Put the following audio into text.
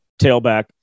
tailback